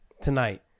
tonight